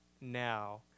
now